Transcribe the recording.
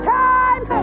time